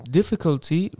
Difficulty